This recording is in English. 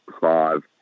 five